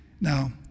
now